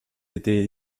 été